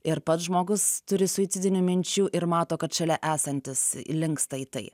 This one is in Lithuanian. ir pats žmogus turi suicidinių minčių ir mato kad šalia esantis linksta į tai